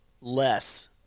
less